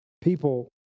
People